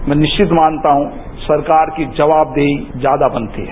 मैं निश्चित मानता हूं सरकार की जवाबदेहीज्यादा बनती है